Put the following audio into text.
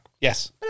Yes